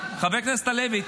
חבר הכנסת הלוי,